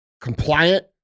compliant